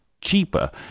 cheaper